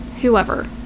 whoever